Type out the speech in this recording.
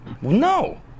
No